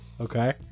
okay